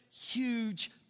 huge